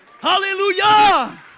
Hallelujah